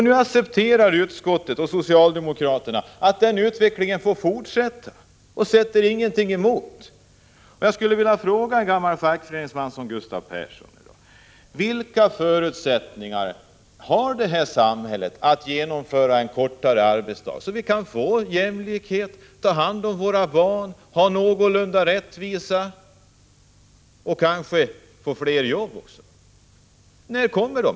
Nu accepterar utskottet och socialdemokraterna att denna utveckling fortsätter; man sätter ingenting emot. Jag skulle vilja fråga en gammal fackföreningsman som Gustav Persson: Vilka förutsättningar har detta samhälle att genomföra en kortare arbetsdag, så att vi kan uppnå jämlikhet, ta hand om våra barn, åstadkomma rättvisa och kanske även få fler jobb? När får vi dessa förutsättningar?